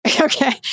Okay